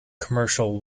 commercial